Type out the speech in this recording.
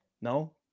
No